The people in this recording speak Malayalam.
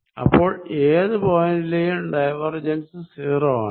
അപ്പോൾ ഏതു പോയിന്റിലേയും ഡൈവർജൻസ് 0 ആണ്